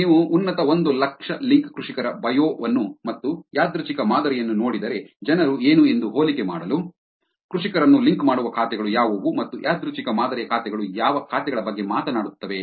ಈಗ ನೀವು ಉನ್ನತ ಒಂದು ಲಕ್ಷ ಲಿಂಕ್ ಕೃಷಿಕರ ಬಯೋ ವನ್ನು ಮತ್ತು ಯಾದೃಚ್ಛಿಕ ಮಾದರಿಯನ್ನು ನೋಡಿದರೆ ಜನರು ಏನು ಎಂದು ಹೋಲಿಕೆ ಮಾಡಲು ಕೃಷಿಕರನ್ನು ಲಿಂಕ್ ಮಾಡುವ ಖಾತೆಗಳು ಯಾವುವು ಮತ್ತು ಯಾದೃಚ್ಛಿಕ ಮಾದರಿಯ ಖಾತೆಗಳು ಯಾವ ಖಾತೆಗಳ ಬಗ್ಗೆ ಮಾತನಾಡುತ್ತವೆ